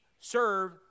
serve